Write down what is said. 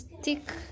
stick